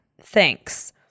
Thanks